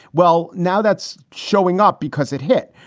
well, now that's showing up because it hit.